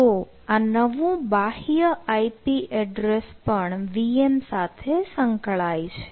તો આ નવું બાહ્ય ip એડ્રેસ પણ VM સાથે સંકળાય છે